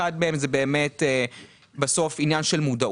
אחת מהן זה באמת בסוף עניין מודעות.